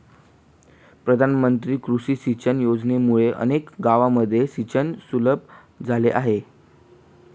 प्रधानमंत्री कृषी सिंचन योजनेमुळे अनेक गावांमध्ये सिंचन सुलभ झाले आहे